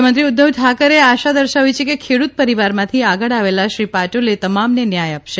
મુખ્યમંત્રી ઉધ્ધવ ઠાકરેએ આશા દર્શાવી કે ખેડુત પરીવારમાંથી આગળ આવેલા શ્રી પાટોલે તમામને ન્યાય આપશે